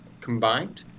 combined